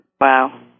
Wow